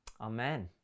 Amen